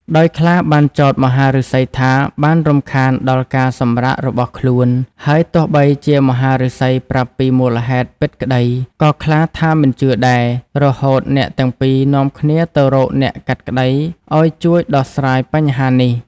ដោយខ្លាបានចោទមហាឫសីថាបានរំខានដល់ការសម្រាករបស់ខ្លួន ហើយទោះបីជាមហាឫសីប្រាប់ពីមូលហេតុពិតក្តី ក៏ខ្លាថាមិនជឿដែរ រហូតអ្នកទាំងពីរនាំគ្នាទៅរកអ្នកកាត់ក្តីឱ្យជួយដោះស្រាយបញ្ហានេះ។